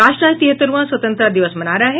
राष्ट्र आज तिहत्तरवां स्वतंत्रता दिवस मना रहा है